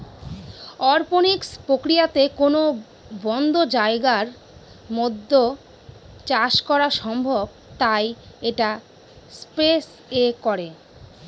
অরপনিক্স প্রক্রিয়াতে কোনো বদ্ধ জায়গার মধ্যে চাষ করা সম্ভব তাই এটা স্পেস এ করে